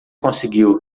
conseguiu